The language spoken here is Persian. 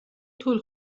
طول